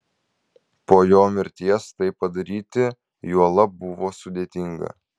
po jo mirties tai padaryti juolab buvo sudėtinga